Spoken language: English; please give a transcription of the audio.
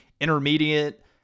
intermediate